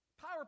power